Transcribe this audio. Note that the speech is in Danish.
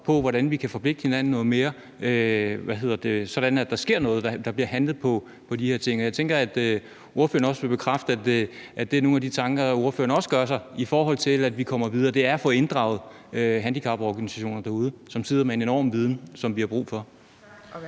hvordan vi kan forpligte hinanden noget mere, sådan at der sker noget og der bliver handlet på de her ting. Og jeg tænker, at ordføreren vil bekræfte, at det også er nogle af de tanker, ordføreren gør sig, i forhold til at vi kommer videre, altså at vi får inddraget handicaporganisationerne derude, som sidder med en enorm viden, som vi har brug for.